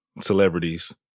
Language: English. celebrities